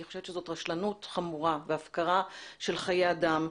אני חושבת שזו רשלנות חמורה והפקרה של חיי אדם.